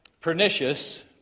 pernicious